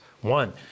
One